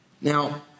Now